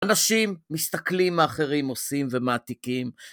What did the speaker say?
אנשים מסתכלים מה אחרים עושים ומעתיקים.